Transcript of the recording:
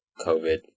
COVID